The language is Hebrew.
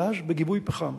גז בגיבוי פחם.